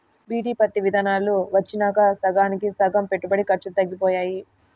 BT పత్తి విత్తనాలు వచ్చినాక సగానికి సగం పెట్టుబడి ఖర్చులు తగ్గిపోయాయి